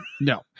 No